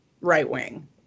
right-wing